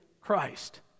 Christ